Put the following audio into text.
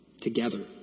together